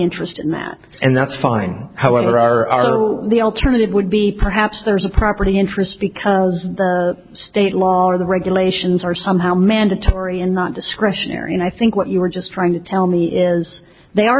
interest in that and that's fine however our the alternative would be perhaps there's a property interest because the state law or the regulations are somehow mandatory and not discretionary and i think what you were just trying to tell me is they are